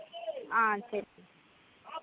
ஆ சரி